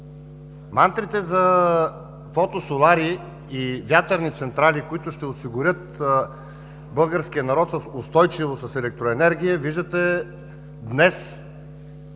Мантрите за фотосолари и вятърни централи, които ще осигурят българския народ устойчиво с електроенергия, виждате, че днес